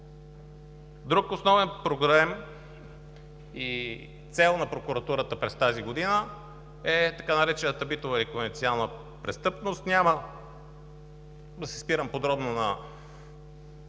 Друг основен проблем и цел на прокуратурата през тази година е така наречената битова и конвенционална престъпност. Няма да се спирам подробно на